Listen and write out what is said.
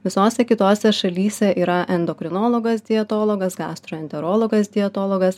visose kitose šalyse yra endokrinologas dietologas gastroenterologas dietologas